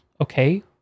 okay